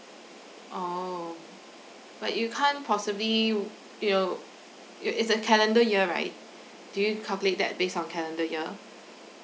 oh but you can't possibly you'll you'll it's a calendar year right do you calculate that based on calendar year